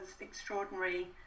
extraordinary